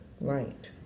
right